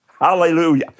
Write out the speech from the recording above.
Hallelujah